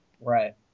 Right